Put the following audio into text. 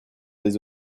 les